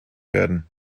werden